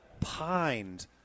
pined